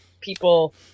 people